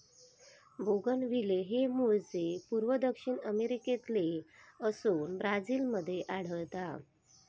bougainvillea हे मूळचे पूर्व दक्षिण अमेरिकेतले असोन ब्राझील मध्ये आढळता